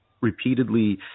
repeatedly